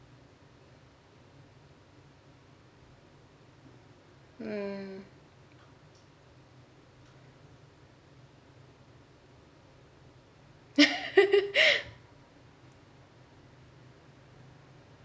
mm